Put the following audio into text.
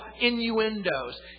innuendos